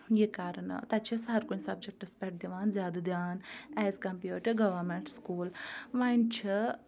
یہِ کَرنہٕ تَتہِ چھِ آسان ہرکُنہِ سَبجَکٹَس پٮ۪ٹھ دِوان زیادٕ دھیان as compared to government school وۄنۍ چھُ